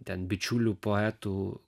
ten bičiulių poetų